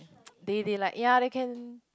they they like ya they can